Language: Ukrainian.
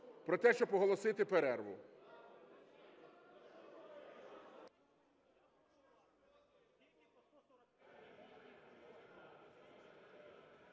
про те, щоб оголосити перерву.